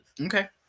Okay